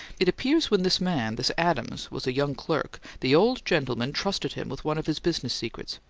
it appears when this man this adams was a young clerk, the old gentleman trusted him with one of his business secrets,